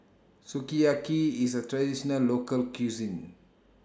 Sukiyaki IS A Traditional Local Cuisine